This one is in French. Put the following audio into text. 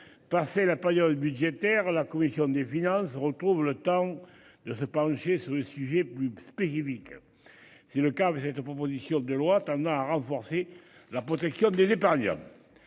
Passer la période budgétaire. La commission des finances retrouvent le temps de se pencher sur le sujet plus spécifique. C'est le cas avec cette proposition de loi tendant à renforcer la protection des épargnants.